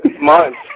Months